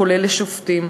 כולל לשופטים.